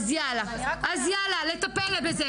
אז יאללה, לטפל בזה.